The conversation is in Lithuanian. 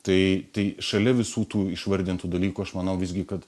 tai tai šalia visų tų išvardintų dalykų aš manau visgi kad